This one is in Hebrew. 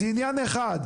זה עניין אחר,